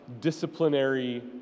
disciplinary